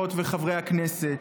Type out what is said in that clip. חברות וחברי הכנסת,